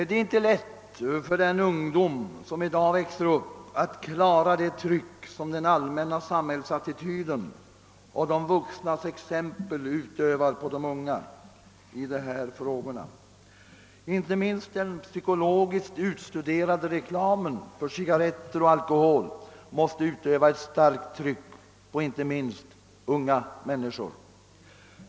Det är inte lätt för den ungdom som växer upp i dag att klara det tryck som den allmänna samhällsattityden och de vuxnas exempel utövar på de unga i det här avseendet. Inte minst måste den psykologiskt utstuderade reklamen utöva ett starkt tryck, speciellt på unga människor.